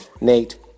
Nate